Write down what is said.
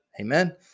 Amen